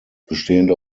bestehend